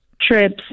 trips